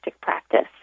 practice